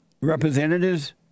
representatives